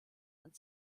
and